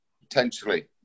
potentially